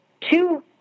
two